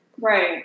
right